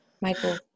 michael